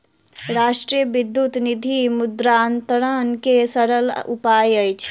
राष्ट्रीय विद्युत निधि मुद्रान्तरण के सरल उपाय अछि